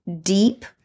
deep